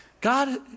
God